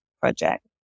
project